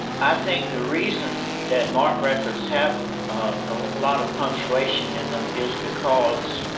i think the reason that marc records have a lot of punctuation in them is because